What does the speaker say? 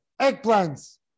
Eggplants